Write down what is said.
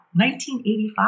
1985